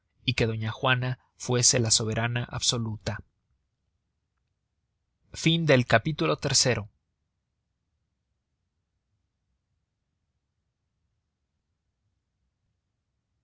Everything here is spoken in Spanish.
y que doña juana fuese la soberana absoluta capitulo